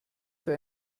für